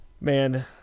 Man